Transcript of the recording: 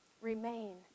Remain